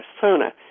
persona